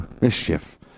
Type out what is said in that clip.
mischief